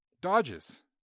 dodges